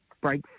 break